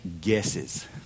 guesses